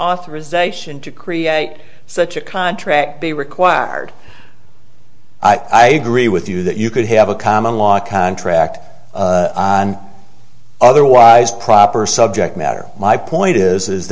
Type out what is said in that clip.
authorization to create such a contract be required i agree with you that you could have a common law contract and otherwise proper subject matter my point is